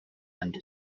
and